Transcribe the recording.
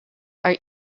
are